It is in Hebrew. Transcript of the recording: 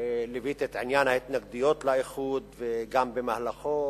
ליוויתי את עניין ההתנגדויות לאיחוד וגם במהלכו.